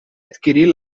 adquirir